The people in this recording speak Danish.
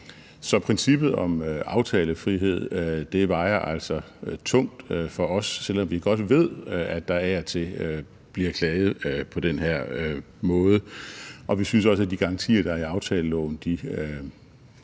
Så princippet om aftalefrihed vejer altså tungt for os, selv om vi godt ved, at der af og til bliver klaget på den her måde. Vi synes også, at de garantier, der er i aftaleloven, virker